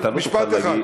אתה לא תוכל להגיד.